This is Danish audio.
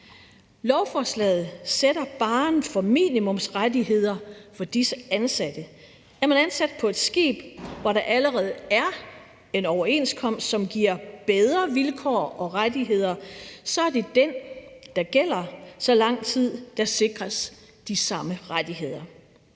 Lovforslaget sætter barren for minimumsrettigheder for disse ansatte. Er man ansat på et skib, hvor der allerede er en overenskomst, som giver bedre vilkår og rettigheder, så er det den, der gælder, så lang tid der sikres de samme rettigheder.